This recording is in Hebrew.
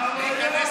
אנחנו ניכנס